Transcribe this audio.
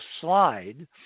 slide